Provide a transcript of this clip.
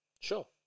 Sure